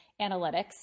analytics